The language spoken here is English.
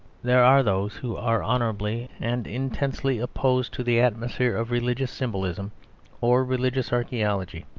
there are those who are honourably and intensely opposed to the atmosphere of religious symbolism or religious archaeology.